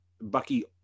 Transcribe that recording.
bucky